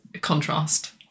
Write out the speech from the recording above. contrast